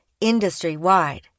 industry-wide